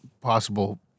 possible